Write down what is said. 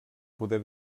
poder